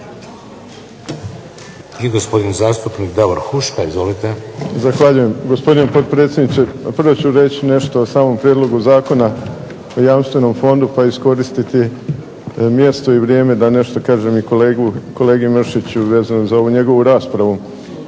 I gospodin zastupnik Davor Huška, izvolite. **Huška, Davor (HDZ)** Zahvaljujem, gospodine potpredsjedniče. Prvo ću reći nešto o samom Prijedlogu zakona o Jamstvenom fondu pa iskoristiti mjesto i vrijeme da nešto kažem i kolegi Mršiću vezano za ovu njegovu raspravu.